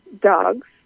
dogs